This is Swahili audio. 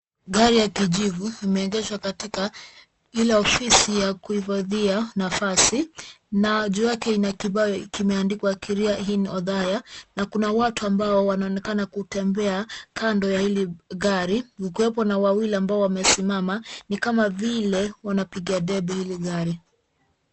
Gari ya kijivu limeegesha katika ila ofisi ya kuhifadhia nafasi na juu yake ina kibao kimeandikwa Kiriaini Othaya na kuna watu ambao wanaonekana kutembea kando ya hili gari kukiwepo na wawili amabao wamesimama ni kama vile wanapiga debe hili gari.